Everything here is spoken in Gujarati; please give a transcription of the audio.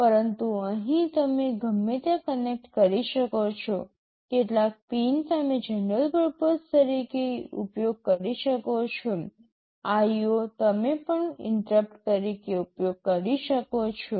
પરંતુ અહીં તમે ગમે ત્યાં કનેક્ટ કરી શકો છો કેટલાક પિન તમે જનરલ પર્પસ તરીકે ઉપયોગ કરી શકો છો IO તમે પણ ઇન્ટરપ્ટ તરીકે ઉપયોગ કરી શકો છો